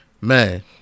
man